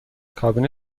کابین